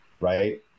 Right